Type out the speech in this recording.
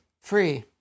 free